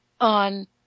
On